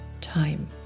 time